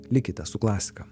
likite su klasika